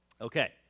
Okay